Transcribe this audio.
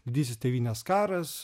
didysis tėvynės karas